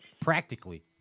Practically